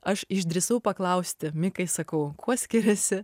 aš išdrįsau paklausti mikai sakau kuo skiriasi